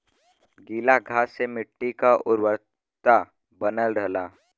गीला घास से मट्टी क उर्वरता बनल रहला